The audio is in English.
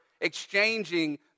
exchanging